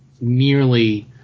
nearly